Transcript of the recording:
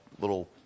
little